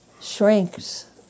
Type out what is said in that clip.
shrinks